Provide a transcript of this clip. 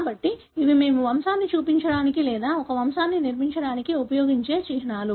కాబట్టి ఇవి మేము వంశాన్ని చూపించడానికి లేదా ఒక వంశాన్ని నిర్మించడానికి ఉపయోగించే చిహ్నాలు